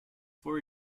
for